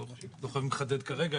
לא חייבים לחדד כרגע,